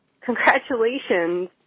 Congratulations